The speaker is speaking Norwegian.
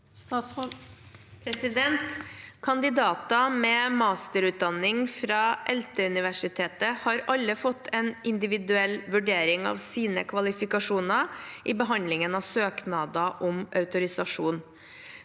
Kandidater med masterutdanning fra ELTE-universitetet har alle fått en individuell vurdering av sine kvalifikasjoner i behandlingen av søknader om autorisasjon.